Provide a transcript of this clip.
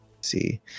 see